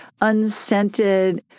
unscented